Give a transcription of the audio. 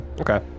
Okay